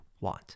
want